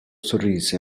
sorrise